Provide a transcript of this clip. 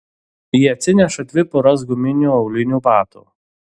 ji atsineša dvi poras guminių aulinių batų